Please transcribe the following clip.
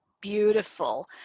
beautiful